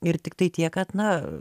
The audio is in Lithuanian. ir tiktai tiek kad na